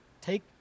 Take